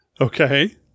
Okay